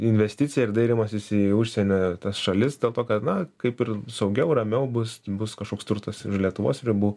investicija ir dairymasis į užsienio šalis dėl to kad na kaip ir saugiau ramiau bus bus kažkoks turtas už lietuvos ribų